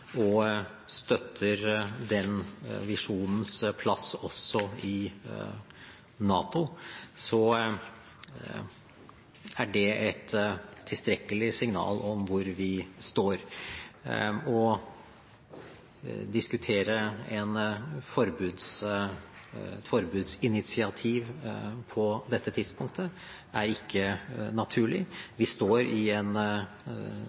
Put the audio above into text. og støtter den visjonens plass også i NATO, er det et tilstrekkelig signal om hvor vi står. Å diskutere et forbudsinitiativ på dette tidspunktet er ikke naturlig. Vi står i en